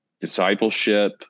discipleship